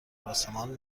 آسمان